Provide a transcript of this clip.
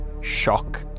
shock